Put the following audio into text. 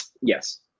Yes